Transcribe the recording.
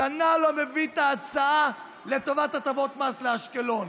שנה, לא מביא את ההצעה לטובת הטבות מס לאשקלון.